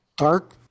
Dark